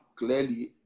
clearly